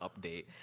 update